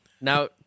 Now